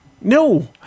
No